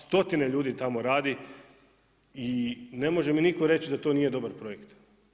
100-tine ljudi tamo radi i ne može mi nitko reći da to nije dobar projekt.